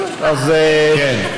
אני מבקשת תשובה, בסדר.